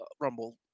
rumble